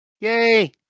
yay